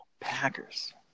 Packers